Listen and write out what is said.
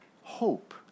hope